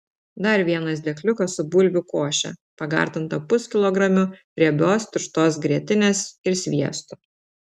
dar vienas dėkliukas su bulvių koše pagardinta puskilogramiu riebios tirštos grietinės ir sviestu